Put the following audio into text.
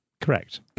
correct